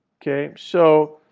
okay? so